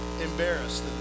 embarrassed